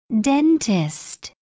Dentist